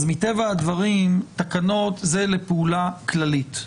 אז מטבע הדברים תקנות זה לפעולה כללית.